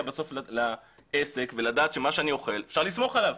בסוף לעסק ולדעת שמה שאני אוכל אפשר לסמוך עליו.